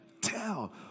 tell